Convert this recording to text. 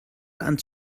ans